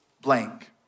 blank